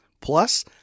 Plus